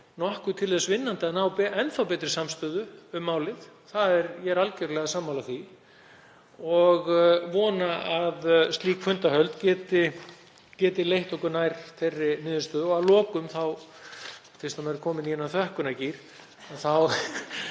nokkuð til þess vinnandi að ná enn þá betri samstöðu um málið. Ég er algerlega sammála því og vona að slík fundahöld geti leitt okkur nær þeirri niðurstöðu. Að lokum, fyrst maður er kominn í þennan þakkargír, þá